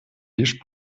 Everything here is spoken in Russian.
лишь